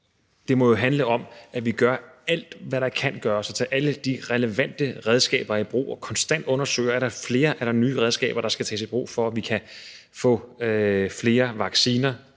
Det må jo handle om, at vi gør alt, hvad der kan gøres, og om at tage alle de relevante redskaber i brug og konstant undersøge, om der er flere eller nye redskaber, der skal tages i brug for at få flere vacciner,